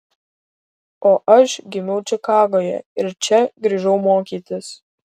o aš gimiau čikagoje ir čia grįžau mokytis